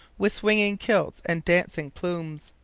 with swinging kilts and dancing plumes.